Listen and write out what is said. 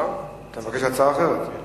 אתה מבקש הצעה אחרת?